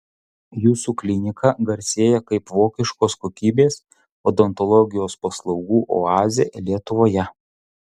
jūsų klinika garsėja kaip vokiškos kokybės odontologijos paslaugų oazė lietuvoje